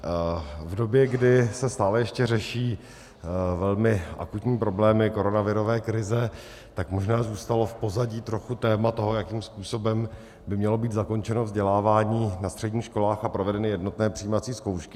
V době, kdy se stále ještě řeší velmi akutní problémy koronavirové krize, možná zůstalo v pozadí trochu téma toho, jakým způsobem by mělo být zakončeno vzdělávání na středních školách a provedeny jednotné přijímací zkoušky.